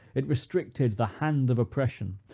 it restricted the hand of oppression,